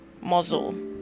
muzzle